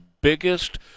biggest